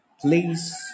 Please